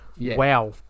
wow